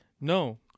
No